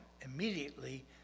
Immediately